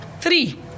three